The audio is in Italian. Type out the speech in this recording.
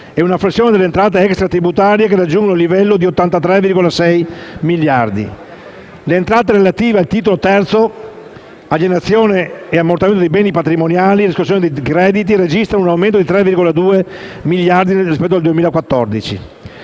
e una flessione delle entrate extratributarie, che raggiungono il livello di 83,6 miliardi di euro. Le entrate relative al Titolo III «Alienazione e ammortamento di beni patrimoniali e riscossione di crediti» registrano un aumento di 3,2 miliardi di euro rispetto al 2014.